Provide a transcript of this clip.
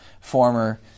former